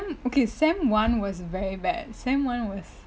sem okay sem one was very bad sem one was